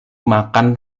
makan